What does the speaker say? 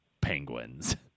Penguins